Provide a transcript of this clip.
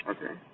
Okay